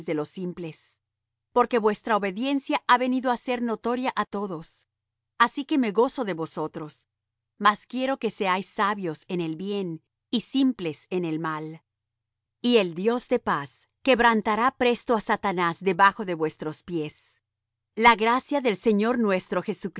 los simples porque vuestra obediencia ha venido á ser notoria á todos así que me gozo de vosotros mas quiero que seáis sabios en el bien y simples en el mal y el dios de paz quebrantará presto á satanás debajo de vuestros pies la gracia del señor nuestro